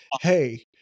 Hey